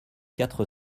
quatre